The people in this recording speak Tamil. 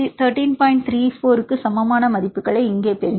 34 க்கு சமமான மதிப்புகளை இங்கே பெறுங்கள்